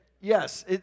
Yes